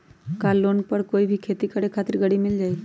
का लोन पर कोई भी खेती करें खातिर गरी मिल जाइ?